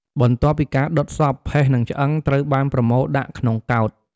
បន្ទាប់ពីការដុតសព ផេះនិងឆ្អឹងត្រូវបានប្រមូលដាក់ក្នុងកោដ្ឋ។